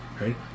right